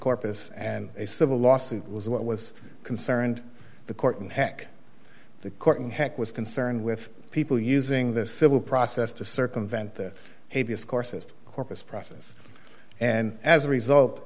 corpus and a civil lawsuit was what was concerned the court heck the court in heck was concerned with people using the civil process to circumvent the a b s courses corpus process and as a result